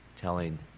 telling